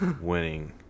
winning